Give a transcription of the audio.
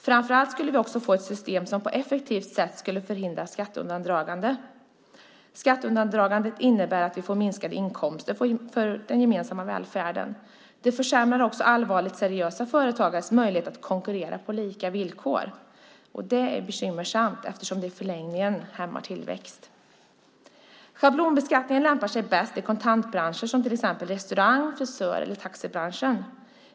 Framför allt skulle vi få ett system som på ett effektivt sätt skulle förhindra skatteundandragande. Skatteundandragandet innebär att vi får minskade inkomster till vår gemensamma välfärd. Det försämrar också allvarligt seriösa företagares möjligheter att konkurrera på lika villkor. Det är bekymmersamt eftersom det i förlängningen hämmar tillväxten. Schablonbeskattning lämpar sig bäst i kontantbranscher som till exempel restaurang-, frisör eller taxibranscherna.